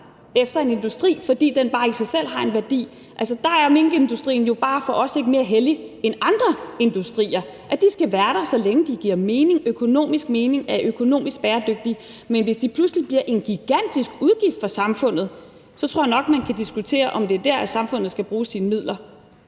efter en industri, fordi den bare i sig selv har en værdi, vil jeg sige, at der er minkindustrien for os ikke mere hellig end andre industrier. De skal være der, så længe de giver økonomisk mening, er økonomisk bæredygtige, men hvis de pludselig bliver en gigantisk udgift for samfundet, så tror jeg nok, man kan diskutere, om det er der, samfundet skal bruge sine midler.